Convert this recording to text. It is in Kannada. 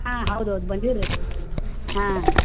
ಹಾಂ ಹೌದು ಹೌದು ಬಂದಿವಿ ರೀ ಹಾಂ